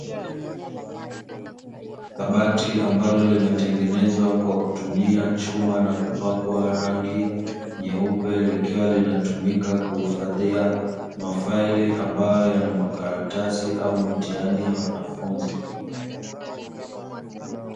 Kabati ambalo limetengenezwa kwa kutumia chuma na kupak wa rangi nyeupe, likiwa linatumika kuhifadhia mafaili ambayo yana makaratasi au mitihani ya wanafunzi.